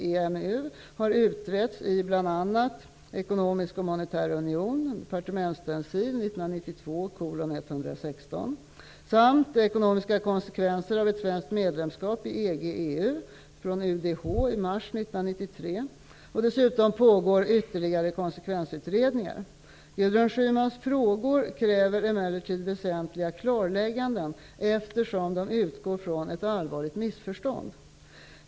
EMU har utretts i bl.a. Ekonomisk och monetär union samt Ekonomiska konsekvenser av ett svenskt medlemskap i EG/EU . Dessutom pågår ytterligare konsekvensutredningar. Gudrun Schymans frågor kräver emellertid väsentliga klarlägganden, eftersom de utgår från ett allvarligt missförstånd.